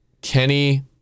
Kenny